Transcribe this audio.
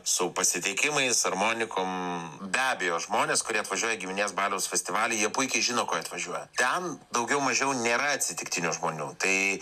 su pasitikimais armonikom be abejo žmonės kurie atvažiuoja į giminės baliaus festivalį jie puikiai žinoko jie atvažiuoja ten daugiau mažiau nėra atsitiktinių žmonių tai